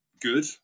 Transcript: good